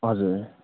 हजुर